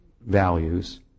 values